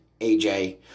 AJ